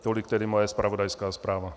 Tolik tedy moje zpravodajská zpráva.